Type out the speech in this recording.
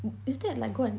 is that like what